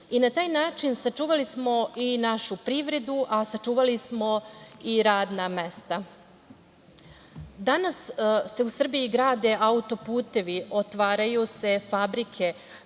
I na taj način sačuvali smo i našu privredu, a sačuvali smo i radna mesta. Danas se u Srbiji grade autoputevi, otvaraju se fabrike,